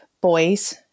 boys